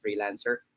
freelancer